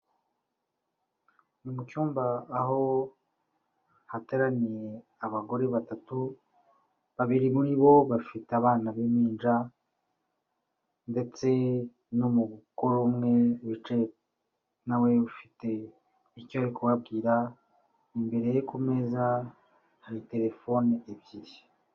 Ni mu cyumba aho hateraniye abagore batatu, babiri muri bo bafite abana b'impinja, ndetse n'umugore umwe, wicaye nawe ufite icyo ari kubabwira, imbere ye ku meza, hari telefone ebyiri.